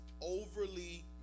overly